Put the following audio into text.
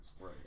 Right